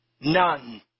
None